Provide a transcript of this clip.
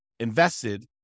invested